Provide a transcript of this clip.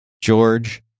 George